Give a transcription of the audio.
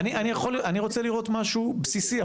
אני רוצה לראות משהו בסיסי,